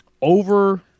over